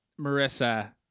Marissa